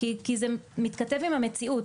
זה מתכתב עם המציאות.